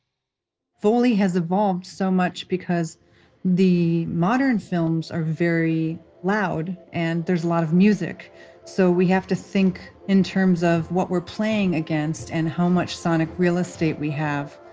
foley has evolved so much because the modern films are very loud and there's a lot of music so, we have to think in terms of what we're playing against and how much sonic real estate we have.